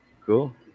Cool